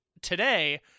today